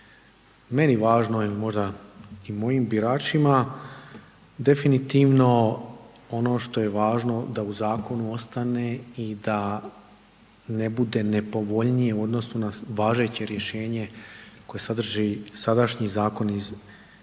meni važno i možda i mojim biračima. Definitivno ono što je važno da u zakonu ostane i da ne bude nepovoljnije u odnosu na važeće rješenje koje sadrži sadašnji zakon iz 2013.,